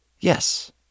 Yes